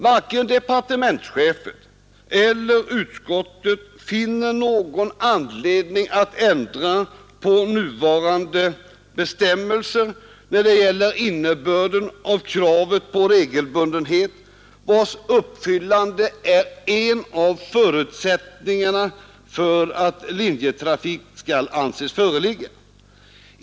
Varken departementschefen eller utskottet finner någon anledning att ändra på nuvarande bestämmelser när det gäller innebörden av kravet på regelbundenhet, vars uppfyllande är en av förutsättningarna för att linjetrafik skall anses föreligga.